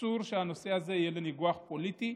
אסור שהנושא הזה יהיה בניגוח פוליטי,